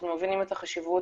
אנחנו מבינים את החשיבות